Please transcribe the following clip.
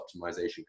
optimization